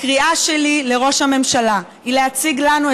הקריאה שלי לראש הממשלה היא להציג לנו,